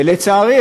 ולצערי,